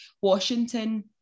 Washington